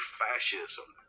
fascism